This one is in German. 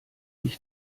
ich